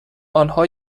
آنها